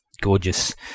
gorgeous